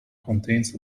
contains